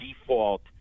default